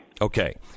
Okay